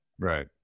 Right